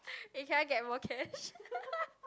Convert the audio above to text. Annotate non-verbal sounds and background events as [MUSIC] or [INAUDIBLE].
eh can I get more cash [LAUGHS]